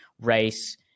race